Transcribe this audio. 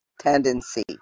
tendency